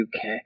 UK